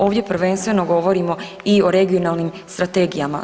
Ovdje prvenstveno govorimo i o regionalnim strategijama.